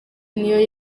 niyo